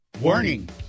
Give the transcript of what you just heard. Warning